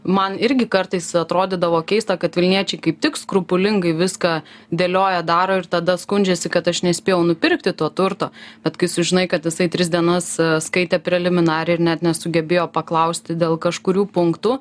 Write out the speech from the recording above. man irgi kartais atrodydavo keista kad vilniečiai kaip tik skrupulingai viską dėlioja daro ir tada skundžiasi kad aš nespėjau nupirkti to turto bet kai sužinai kad jisai tris dienas skaitė preliminarią ir net nesugebėjo paklausti dėl kažkurių punktų